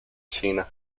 china